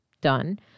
Done